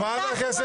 את צבועה.